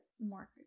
more